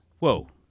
Whoa